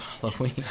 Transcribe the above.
Halloween